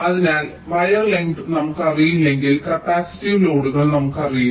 അതിനാൽ wire lengths നമുക്ക് അറിയില്ലെങ്കിൽ കപ്പാസിറ്റീവ് ലോഡുകൾ നമുക്ക് അറിയില്ല